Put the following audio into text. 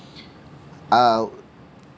I'll